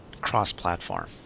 cross-platform